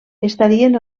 estarien